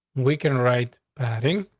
we can write patting,